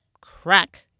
crack